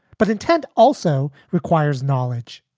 but intent also requires knowledge.